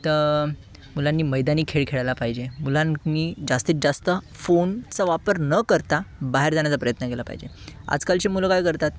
तर मुलांनी मैदानी खेळ खेळायला पाहिजे मुलांनी जास्तीत जास्त फोनचा वापर न करता बाहेर जाण्याचा प्रयत्न केला पाहिजे आजकालची मुलं काय करतात